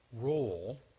role